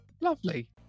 Lovely